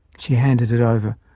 she handed it over,